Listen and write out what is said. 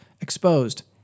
exposed